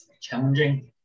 challenging